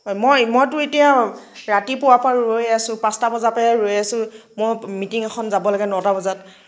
মই মইতো এতিয়া ৰাতিপুৱাৰ পৰা ৰৈ আছোঁ পাঁচটা বজাৰ পৰাই ৰৈ আছোঁ মোৰ মিটিং এখন যাব লাগে নটা বজাত